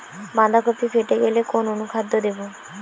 বাঁধাকপি ফেটে গেলে কোন অনুখাদ্য দেবো?